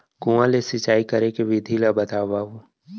कुआं ले सिंचाई करे के विधि ला बतावव?